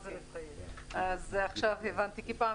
אז רק עכשיו אני נתקלת